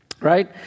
right